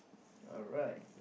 alright